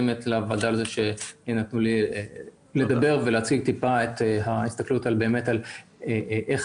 לוועדה על כך שנתנו לי לדבר ולהראות שניתן להשתמש באיכונים